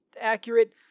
accurate